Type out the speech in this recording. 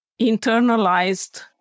internalized